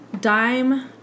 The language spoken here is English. dime